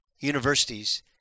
universities